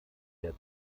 der